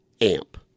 amp